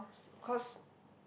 cause